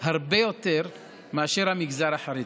הרבה יותר מאשר המגזר החרדי.